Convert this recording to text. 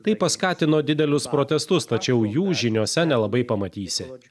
tai paskatino didelius protestus tačiau jų žiniose nelabai pamatysi